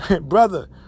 brother